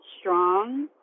strong